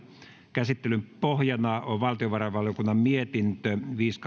käsittelyn pohjana on valtiovarainvaliokunnan mietintö viisi